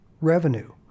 revenue